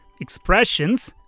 expressions